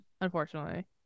unfortunately